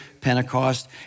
Pentecost